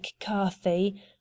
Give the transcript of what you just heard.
mccarthy